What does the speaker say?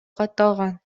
катталган